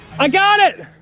i got it.